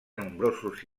nombrosos